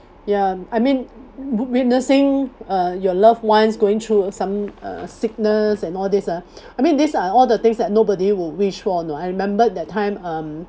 ya I mean wit~ witnessing uh your loved ones going through some uh sickness and all these ah I mean these are all the things that nobody will wish for you know I remembered that time um